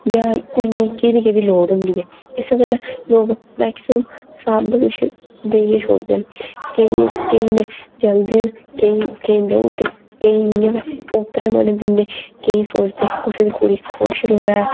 ब्याह् ई कुड़ियें ई कैह्दी कैह्दी लोड़ होंदी ऐ इस्सै गल्लै लोक मैक्सीमम सनांदे लोक किश देइयै छोड़दे न केई केईं ते जंदे न केईं केईं इ'यां गै ओपरे मन दिंदे केईं सोचदे कुसै दी कुड़ी